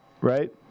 Right